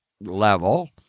level